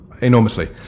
Enormously